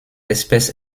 espèce